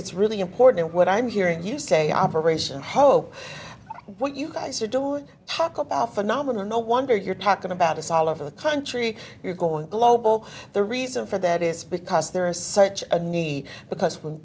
it's really important what i'm hearing you say operation hope what you guys are doing talk about phenomena no wonder you're talking about a solid for the country you're going global the reason for that is because there is such a need because when